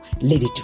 Lady